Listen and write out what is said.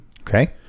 okay